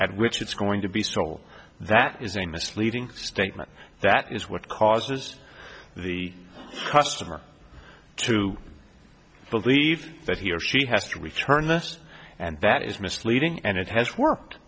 which it's going to be stole that is a misleading statement that is what causes the customer to believe that he or she has to return this and that is misleading and it has worked